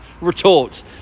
retort